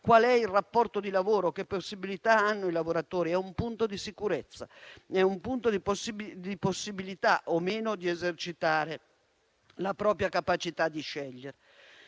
qual è il rapporto di lavoro e che possibilità hanno i lavoratori. È un punto di sicurezza e di possibilità o meno di esercitare la propria capacità di scegliere.